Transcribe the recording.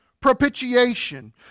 propitiation